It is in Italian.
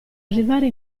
arrivare